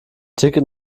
ticket